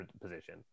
position